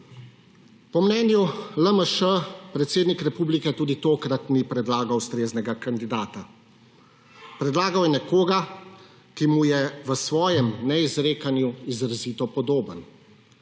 Po mnenju LMŠ predsednik republike tudi tokrat ni predlagal ustreznega kandidata. Predlagal je nekoga, ki mu je v svojem neizrekanju izrazito podoben,